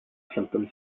symptoms